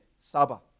saba